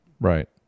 Right